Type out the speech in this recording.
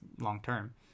long-term